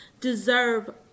deserve